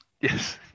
Yes